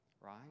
right